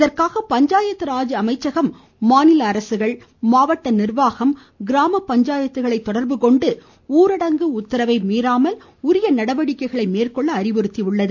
இதற்காக பஞ்சாயத்ராஜ் அமைச்சகம் மாநில அரசுகள் மாவட்ட நிர்வாகம் கிராம பஞ்சாயத்துக்களையும் தொடர்பு கொண்டு ஊரடங்கு உத்தரவை மீறாமல் உரிய நடவடிக்கைகளை மேற்கொள்ள அறிவுறுத்தி உள்ளது